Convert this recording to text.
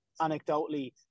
anecdotally